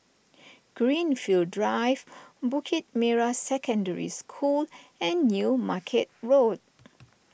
Greenfield Drive Bukit Merah Secondary School and New Market Road